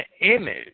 image